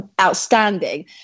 outstanding